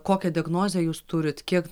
kokią diagnozę jūs turit kiek